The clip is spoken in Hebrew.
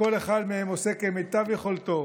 שכל אחד מהם עושה כמיטב יכולתו